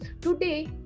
today